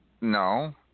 No